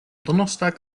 donnerstag